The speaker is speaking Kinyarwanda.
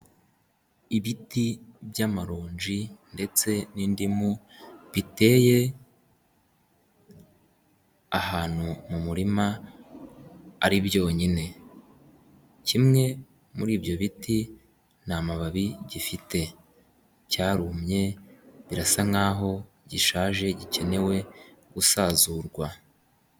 Ibiti by'amaronji ndetse n'indimu biteye ahantu mu murima ari byonyine. Kimwe muri ibyo biti nta mababi gifite cyarumye birasa nkaho gishaje gikenewe gusazurwa.